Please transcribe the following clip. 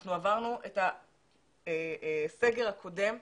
אנחנו עברנו את הסגר הקודם.